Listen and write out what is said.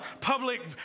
public